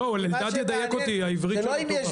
אלדד ידייק אותי, העברית שלו טובה.